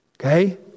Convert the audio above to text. okay